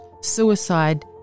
suicide